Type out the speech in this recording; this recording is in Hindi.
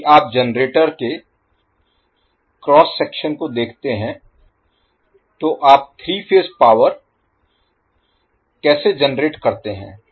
यदि आप जनरेटर के क्रॉस सेक्शन को देखते हैं तो आप 3 फेज पावर कैसे जनरेट करते हैं